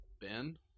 ben